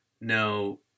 no